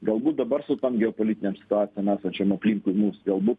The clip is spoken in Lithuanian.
galbūt dabar su tom geopolitinėm situacijom esančiom aplinkui mums galbūt